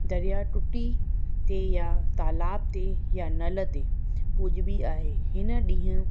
दरयाह टुटी ते तालाब ते या नल ते पूॼिबी आहे हिन ॾींहं